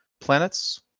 planets